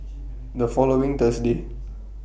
The following Thursday